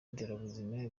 nderabuzima